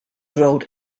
rolled